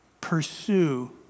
pursue